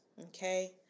Okay